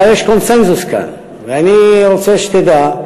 אבל יש קונסנזוס כאן ואני רוצה שתדע: